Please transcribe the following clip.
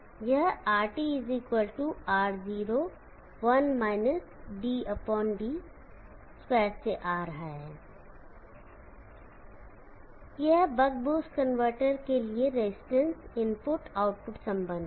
यह RT R01 dd2 से आ रहा है यह बक बूस्ट कनवर्टर के लिए रजिस्टेंस इनपुट आउटपुट संबंध है